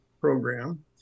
Program